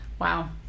Wow